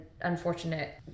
unfortunate